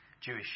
Jewish